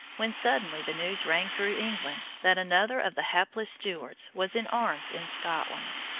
when suddenly the news rang through england that another of the hapless stuarts was in arms in scotland.